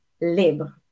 libre